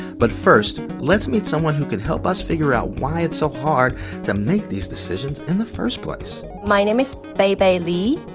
but first, let's meet someone who can help us figure out why it's so hard to make these decisions in the first place my name is beibei li,